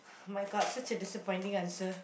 !my god! such a disappointing answer